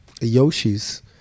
Yoshi's